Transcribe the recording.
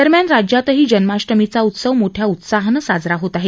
दरम्यान राज्यातही जन्माष्टमीचा उत्सव मोठ्या उत्साहानं साजरा होत आहे